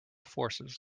forces